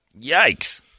Yikes